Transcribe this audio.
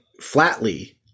flatly